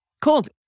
cold